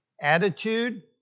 Attitude